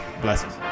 Blessings